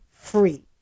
free